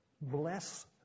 bless